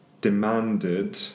demanded